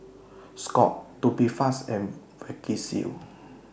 Scott's Tubifast and Vagisil